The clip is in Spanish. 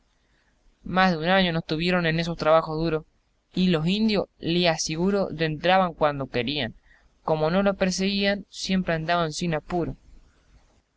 más de un año nos tuvieron en esos trabajos duros y los indios le asiguro dentraban cuando querían como no los perseguían siempre andaban sin apuro